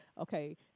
okay